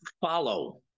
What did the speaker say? Follow